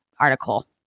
article